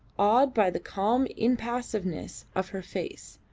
awed by the calm impassiveness of her face,